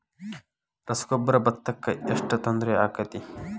ರಸಗೊಬ್ಬರ, ಭತ್ತಕ್ಕ ಎಷ್ಟ ತೊಂದರೆ ಆಕ್ಕೆತಿ?